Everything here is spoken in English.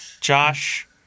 Josh